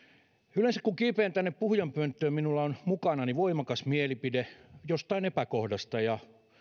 yleensä kun kiipeän tänne puhujanpönttöön minulla on mukanani voimakas mielipide jostain epäkohdasta ja